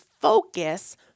focus